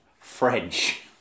French